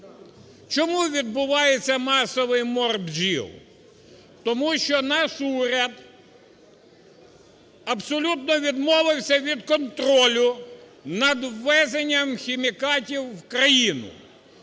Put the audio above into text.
Чому відбувається масовий мор бджіл? Тому що наш уряд абсолютно відмовився від контролю над ввезенням хімікатів в країну.